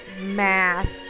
Math